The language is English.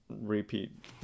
repeat